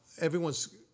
everyone's